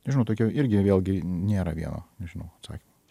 nežinau tokie irgi vėlgi nėra vieno nežinau atsakymo